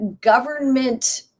government